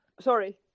Sorry